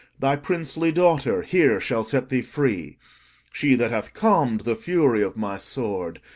thy princely daughter here shall set thee free she that hath calm'd the fury of my sword,